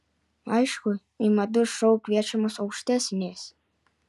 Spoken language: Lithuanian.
aišku į madų šou kviečiamos aukštesnės